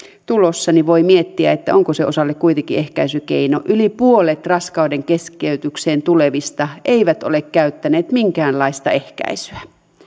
tulossa voi miettiä onko se osalle kuitenkin ehkäisykeino yli puolet raskaudenkeskeytykseen tulevista ei ole käyttänyt minkäänlaista ehkäisyä